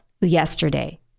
Yesterday